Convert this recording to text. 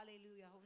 Hallelujah